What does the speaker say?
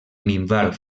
minvar